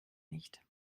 nicht